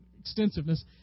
extensiveness